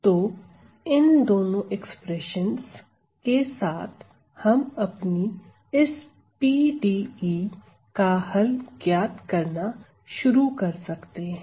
तो इन दोनों एक्सप्रेशंस के साथ हम अपनी इस PDE का हल ज्ञात करना शुरू कर सकते हैं